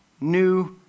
new